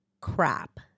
crap